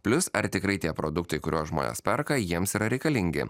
plius ar tikrai tie produktai kuriuos žmonės perka jiems yra reikalingi